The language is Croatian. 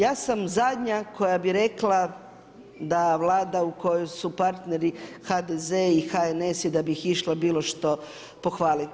Ja sam zadnja koja bi rekla da Vlada u kojoj su partneri HDZ i HNS i da bih išla bilo što pohvalit.